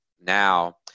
now